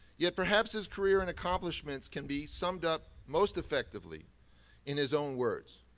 yet perhaps his career and accomplishments can be summed up most effectively in his own words,